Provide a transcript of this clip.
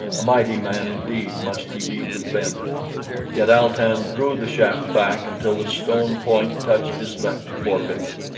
a mighty man indeed must he be to bend it yet al-tan drew the shaft back until the stone point touched his left forefinger,